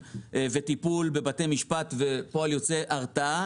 וטיפול בבתי משפט ופועל יוצא מכך הרתעה,